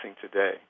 today